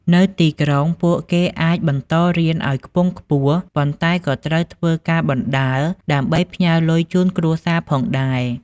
នៅទីក្រុង ពួកគេអាចបន្តរៀនឱ្យខ្ពង់ខ្ពស់ ប៉ុន្តែក៏ត្រូវធ្វើការបណ្ដើរ ដើម្បីផ្ញើលុយជូនគ្រួសារផងដែរ។